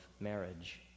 marriage